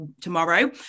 tomorrow